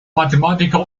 mathematiker